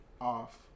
off